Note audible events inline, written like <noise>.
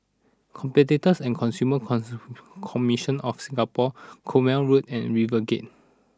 Competitors and Consumer <unintelligible> Commission of Singapore Cornwall Road and RiverGate